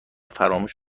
فراموش